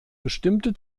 bestimmte